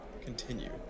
continue